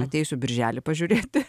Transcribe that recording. ateisiu birželį pažiūrėti